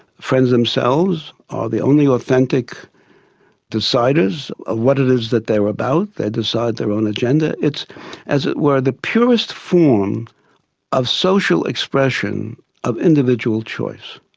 friends themselves are the only authentic deciders of ah what it is that they're about, they decide their own agenda. it's as it were, the purest form of social expression of individual choice.